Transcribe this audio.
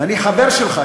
ואני גם חבר שלך,